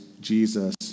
Jesus